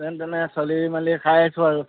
যেন তেনে চলি মেলি খাই আছো আৰু